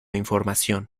información